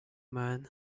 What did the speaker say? man